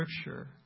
scripture